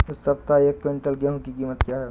इस सप्ताह एक क्विंटल गेहूँ की कीमत क्या है?